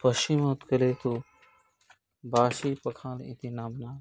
पश्चिमोत्कले तु बाशीपखाले इति नाम्ना